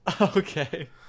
okay